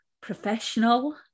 professional